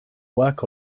work